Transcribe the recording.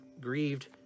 grieved